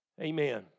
Amen